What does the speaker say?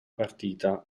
partita